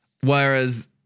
Whereas